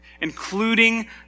including